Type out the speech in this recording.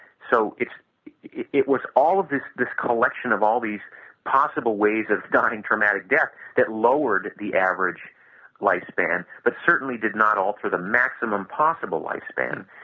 so it it was all of this this collection of all these possible ways of dying traumatic death that lowered the average lifespan, but certainly did not alter the maximum possible lifespan,